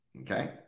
Okay